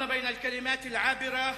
(נושא דברים בשפה הערבית,